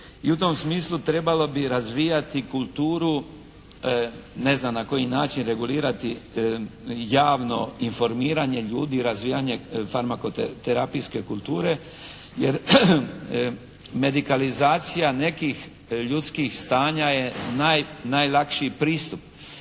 I u tom smislu trebalo bi razvijati kulturu ne znam na koji način, regulirati javno informiranje ljudi i razvijanje farmakoterapijske kulture, jer medikalizacija nekih ljudskih stanja je najlakši pristup.